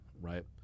Right